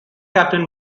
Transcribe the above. captain